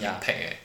ya ya